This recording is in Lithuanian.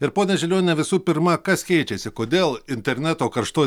ir ponia žilioniene visų pirma kas keičiasi kodėl interneto karšto